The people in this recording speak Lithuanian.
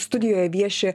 studijoje vieši